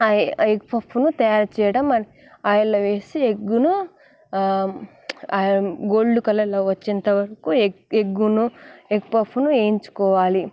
egg పఫ్ఫును తయారు చేయడం ఆయిల్లో వేసి ఎగ్గును గోల్డ్ కలర్లో వచ్చేంత వరకు ఎగ్గు ఎగ్గును ఎగ్ పఫ్ఫును వేయించుకోవాలి